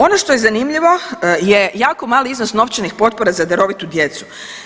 Ono što je zanimljivo je jako mali iznos novčanih potpora za darovitu djecu.